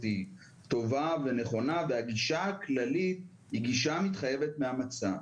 היא טובה ונכונה והגישה הכללית היא גישה המתחייבת מהמצב.